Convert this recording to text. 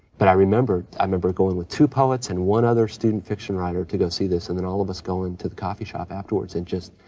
but i remember, i remember going with two poets and one other student fiction writer to go see this and then all of us going to the coffee shop afterwards and just,